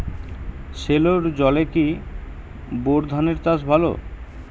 সেলোর জলে কি বোর ধানের চাষ ভালো?